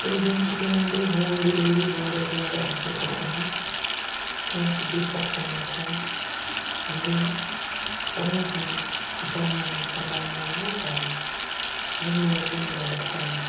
تہٕ یِم چھِ دِوان بیٚیہِ ہوم ڈیٚلؤری واریاہ زیادٕ اَصٕل پٲٹھٮ۪نے کانٛہہ تہِ دِقت چھَنہٕ گژھان وِدِن پانٛژھ مِنٹ دَہ مِنٹ پنٛداہ مِنَٹ گوٚو ہَے وُہ مِنَٹ گوٚو زیا ہَے